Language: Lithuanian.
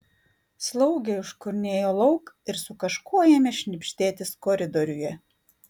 slaugė iškurnėjo lauk ir su kažkuo ėmė šnibždėtis koridoriuje